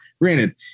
granted